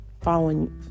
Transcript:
following